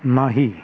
नाही